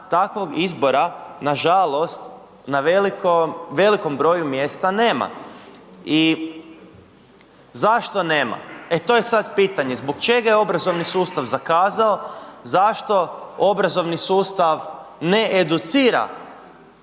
takvog izbora nažalost, na velikom, velikom broju mjestu nema. I zašto nema, e to je sad pitanje, zbog čega je obrazovni sustav zakazao, zašto obrazovni sustav ne educira